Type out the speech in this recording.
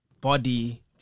body